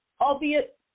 albeit